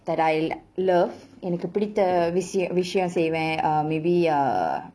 that I love எனக்கு பிடித்த விஷய விஷயம் செய்வேன்:enakku piditha vishaya vishayam seivaen uh maybe uh